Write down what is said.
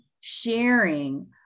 sharing